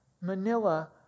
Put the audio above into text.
manila